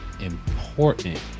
Important